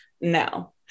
no